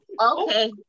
okay